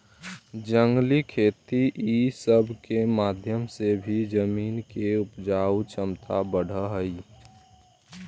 जंगली खेती ई सब के माध्यम से भी जमीन के उपजाऊ छमता बढ़ हई